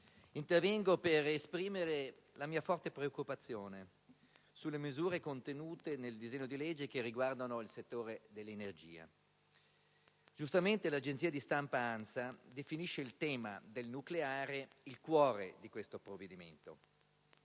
intervengo per esprimere la mia forte preoccupazione sulle misure contenute nel disegno di legge che riguardano il settore dell'energia. Giustamente l'agenzia di stampa ANSA definisce il tema del nucleare il cuore di questo provvedimento.